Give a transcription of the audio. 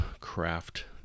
craft